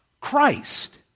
Christ